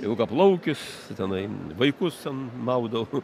ilgaplaukis tenai vaikus ten maudau